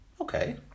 okay